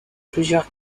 plusieurs